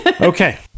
Okay